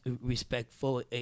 respectful